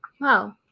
Wow